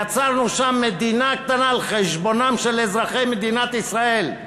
יצרנו שם מדינה קטנה על חשבונם של אזרחי מדינת ישראל.